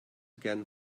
again